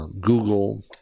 Google